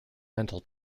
mental